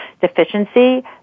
deficiency